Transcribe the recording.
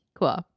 Cool